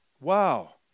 Wow